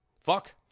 Fuck